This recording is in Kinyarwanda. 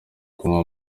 kunywa